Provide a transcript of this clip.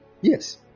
Yes